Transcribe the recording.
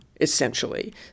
essentially